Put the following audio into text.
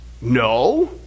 no